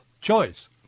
choice